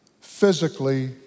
Physically